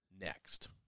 Next